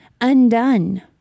undone